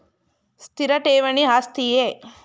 ಸ್ಥಿರ ಠೇವಣಿ ಆಸ್ತಿಯೇ?